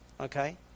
Okay